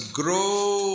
grow